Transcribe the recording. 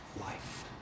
life